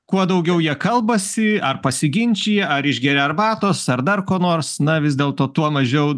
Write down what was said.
kuo daugiau jie kalbasi ar pasiginčija ar išgeria arbatos ar dar ko nors na vis dėlto tuo mažiau